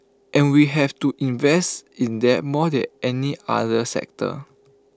and we have to invest in them more than any other sector